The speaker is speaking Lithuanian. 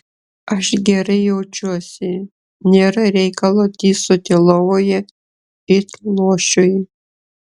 aš gerai jaučiuosi nėra reikalo tysoti lovoje it luošiui